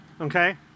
okay